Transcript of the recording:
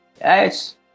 yes